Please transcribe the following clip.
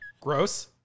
Gross